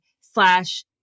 slash